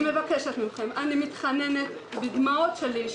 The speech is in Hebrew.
אני מבקשת מכם, אני מתחננת בדמעות שליש,